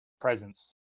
presence